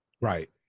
Right